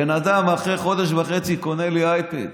הבן אדם אחרי חודש וחצי קונה לי אייפד,